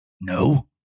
No